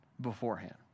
beforehand